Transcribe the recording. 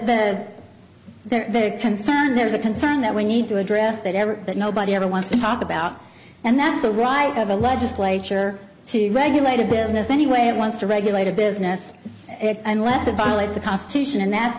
the their concern there is a concern that we need to address that ever that nobody ever wants to talk about and that's the right of a legislature to regulate a business any way it wants to regulate a business unless it violates the constitution and that's